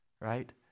right